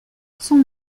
son